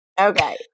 Okay